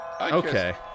Okay